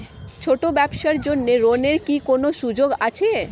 ছোট ব্যবসার জন্য ঋণ এর কি কোন সুযোগ আছে?